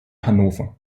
hannover